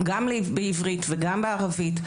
גם בעברית וגם בערבית,